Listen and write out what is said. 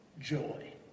joy